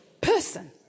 person